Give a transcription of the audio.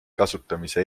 kasutamise